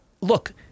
look